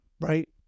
Right